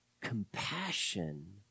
compassion